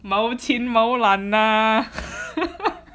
mou qin mou lan ah